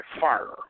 fire